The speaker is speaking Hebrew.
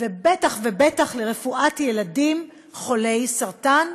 ובטח ובטח רפואת ילדים חולי סרטן,